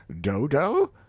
dodo